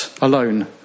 alone